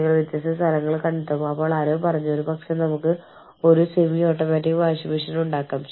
അതിനാൽ നിങ്ങൾ എങ്ങനെ എത്ര പണം ഓർഗനൈസേഷൻ നൽകുന്നു നിങ്ങളുടെ സ്വന്തം പോക്കറ്റിൽ നിന്ന് എത്ര പണം നൽകുന്നു